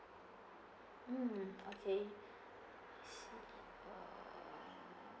mm okay I see